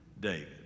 David